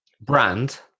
brand